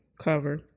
cover